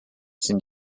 sind